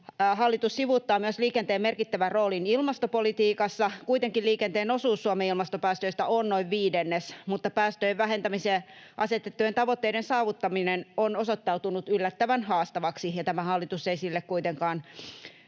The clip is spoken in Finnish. Hallitus sivuuttaa myös liikenteen merkittävän roolin ilmastopolitiikassa. Kuitenkin liikenteen osuus Suomen ilmastopäästöistä on noin viidennes, mutta päästöjen vähentämiselle asetettujen tavoitteiden saavuttaminen on osoittautunut yllättävän haastavaksi, ja tämä hallitus ei sille kuitenkaan